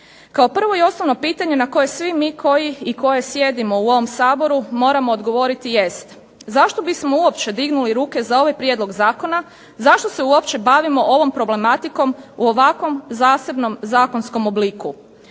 Kao prvo i osnovno pitanje na koje svi mi koji i koje sjedimo u ovom Saboru moramo odgovoriti jest. Zašto bismo uopće digli ruke za ovaj prijedlog zakona, zašto se uopće bavimo ovom problematikom u ovakvom zasebnom zakonskom obliku?